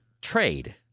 trade